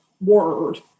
word